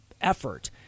effort